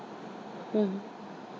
mm